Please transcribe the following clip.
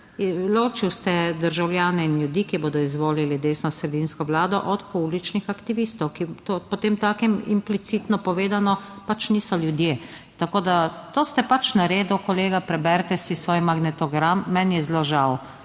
Ločil ste državljane in ljudi, ki bodo izvolili desnosredinsko vlado od političnih aktivistov, ki po tem takem, implicitno povedano, pač niso ljudje. Tako da, to ste pač naredil, kolega, preberite si svoj magnetogram. Meni je zelo žal,